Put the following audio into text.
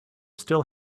still